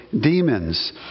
demons